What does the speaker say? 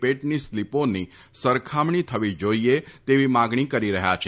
પેટની સ્લીપોની સરખામણી થવી જોઇએ તેવી માગણી કરી રહ્યા છે